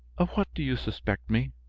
of what do you suspect me?